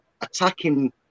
attacking